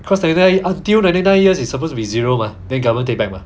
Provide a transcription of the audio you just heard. because they tell you until ninety nine years it's supposed to be zero mah then governor take back mah